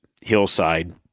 hillside